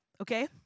okay